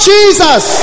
Jesus